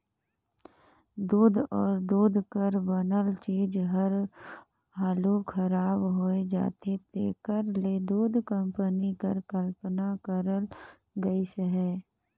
दूद अउ दूद कर बनल चीज हर हालु खराब होए जाथे तेकर ले दूध कंपनी कर कल्पना करल गइस अहे